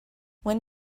when